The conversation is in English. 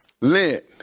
Lent